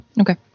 Okay